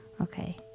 Okay